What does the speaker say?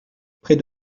près